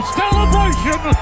celebration